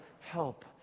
help